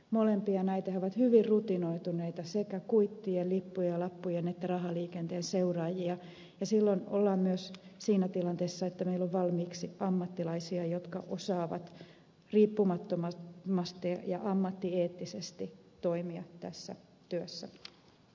molempia näitä he ovat hyvin rutinoituneita tekemään sekä kuitteja lippuja lappuja että rahaliikennettä seuraamaan ja silloin ollaan myös siinä tilanteessa että meillä on valmiiksi ammattilaisia jotka osaavat riippumattomasti ja ammattieettisesti toimia tässä työssä